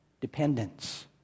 dependence